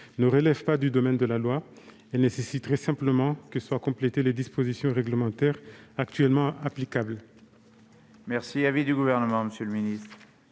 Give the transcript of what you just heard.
ne relèvent pas du domaine de la loi. Elles nécessiteraient simplement que soient complétées les dispositions réglementaires actuellement applicables.